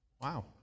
Wow